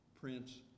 Prince